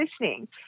listening